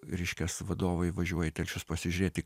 reiškias vadovai važiuoja į telšius pasižiūrėti